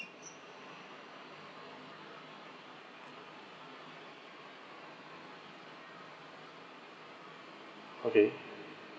okay